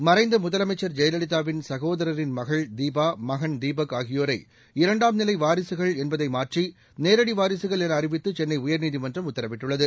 மறைந்த முதலமைச்சர் ஜெயலலிதாவின் சகோதராின் மகள் தீபா மகன் தீபக் ஆகியோரை இரண்டாம் நிலை வாரிசுகள் என்பதை மாற்றி நேரடி வாரிசுகள் என அறிவித்து சென்ளை உயர்நீதிமன்றம் உத்தரவிட்டுள்ளது